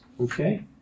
Okay